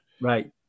right